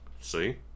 See